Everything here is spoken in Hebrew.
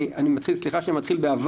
וסליחה שאני אומר אבל